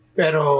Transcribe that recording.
pero